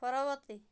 ପରବର୍ତ୍ତୀ